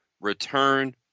return